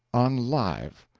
on live.